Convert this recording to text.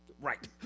right